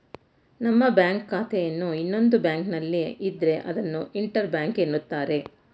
ನಮ್ಮ ಬ್ಯಾಂಕ್ ಖಾತೆಯನ್ನು ಇನ್ನೊಂದು ಬ್ಯಾಂಕ್ನಲ್ಲಿ ಇದ್ರೆ ಅದನ್ನು ಇಂಟರ್ ಬ್ಯಾಂಕ್ ಎನ್ನುತ್ತಾರೆ